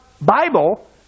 Bible